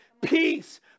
peace